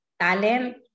talent